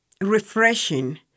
refreshing